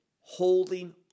holding